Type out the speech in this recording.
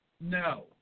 No